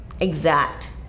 exact